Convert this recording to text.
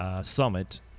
Summit